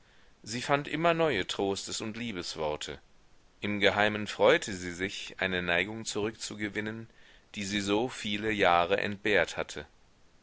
sie fand immer neue trostes und liebesworte im geheimen freute sie sich eine neigung zurückzugewinnen die sie so viele jahre entbehrt hatte